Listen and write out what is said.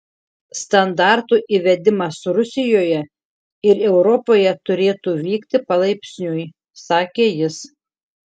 standartų įvedimas rusijoje ir europoje turėtų vykti palaipsniui sakė jis